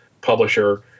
publisher